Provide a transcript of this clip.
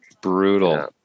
Brutal